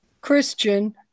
Christian